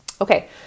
Okay